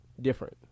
different